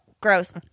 gross